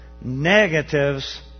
negatives